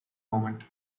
moment